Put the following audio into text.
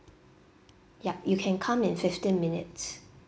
yup you can come in fifteen minutes